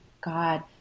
God